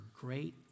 great